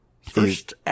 First